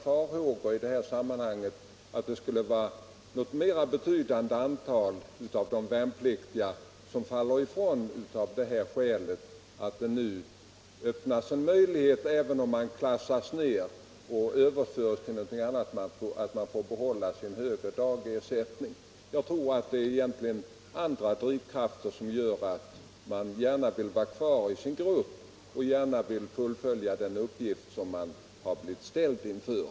Jag tror inte att något mera betydande antal värnpliktiga faller ifrån därför att det nu öppnas en möjlighet att behålla den högre dagsersättningen även om man klassas ner och blir överförd till annan verksamhet. Det är nog andra drivkrafter som gör att man gärna vill vara kvar i sin grupp och fullfölja den uppgift som man har ställts inför.